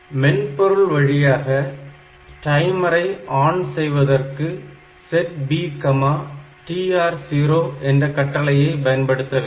மென்பொருள் வழியாக டைமரை ஆன் செய்வதற்கு set B TR0 என்ற கட்டளையை பயன்படுத்தவேண்டும்